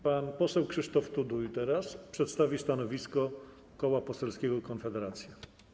Pan poseł Krzysztof Tuduj teraz przedstawi stanowisko Koła Poselskiego Konfederacja.